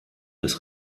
des